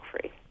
free